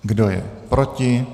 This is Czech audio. Kdo je proti?